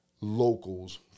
locals